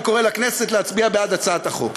אני קורא לכנסת להצביע בעד הצעת החוק.